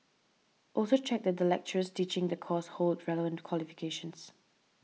also check that the lecturers teaching the course hold relevant qualifications